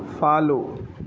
follow